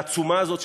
העצומה הזאת,